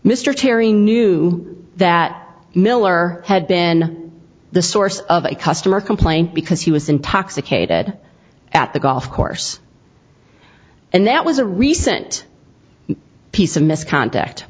mr terry knew that miller had been the source of a customer complaint because he was intoxicated at the golf course and that was a recent piece of misconduct